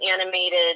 animated